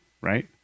right